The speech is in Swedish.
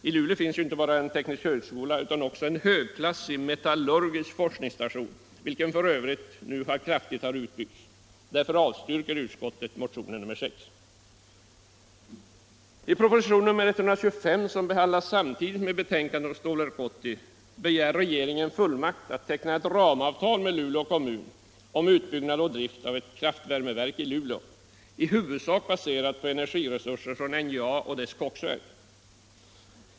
I Luleå finns inte bara en teknisk högskola utan också en högklassig metallurgisk forskningsstation, vilken f. ö. nu kraftigt har utbyggts. Därför avstyrker utskottet motionen nr 6. I propositionen 125, som behandlas samtidigt med betänkandet om Stålverk 80, begär regeringen fullmakt att teckna ett ramavtal med Luleå kommun om utbyggnad och drift av ett kraftvärmeverk i Luleå, i huvudsak baserat på energiresurser från NJA och dess koksverk.